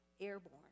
airborne